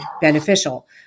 beneficial